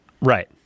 Right